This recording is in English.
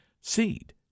seed